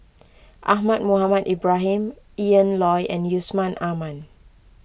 Ahmad Mohamed Ibrahim Ian Loy and Yusman Aman